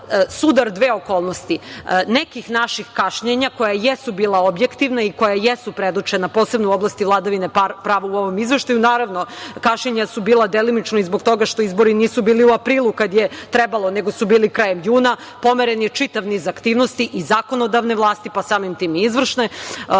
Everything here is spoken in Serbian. sudar dve okolnosti, nekih naših kašnjenja koja jesu bila objektivna i koja jesu predočena, posebno u oblasti vladavine prava u ovom izveštaju. Naravno, kašnjenja su bila delimično i zbog toga što izbori nisu bili u aprilu mesecu, kada je trebalo, nego su bili krajem juna. Pomeren je čitav niz aktivnosti i zakonodavne vlasti, pa samim tim i izvršne.